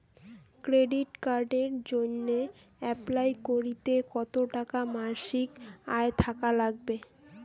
Credit কার্ডের জইন্যে apply করিতে কতো টাকা মাসিক আয় থাকা নাগবে?